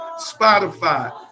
Spotify